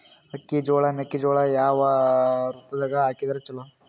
ಅಕ್ಕಿ, ಜೊಳ, ಮೆಕ್ಕಿಜೋಳ ಯಾವ ಋತುದಾಗ ಹಾಕಿದರ ಚಲೋ?